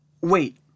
Wait